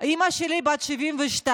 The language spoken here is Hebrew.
אימא שלי בת 72,